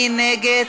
מי נגד?